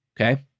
Okay